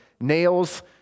nails